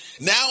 Now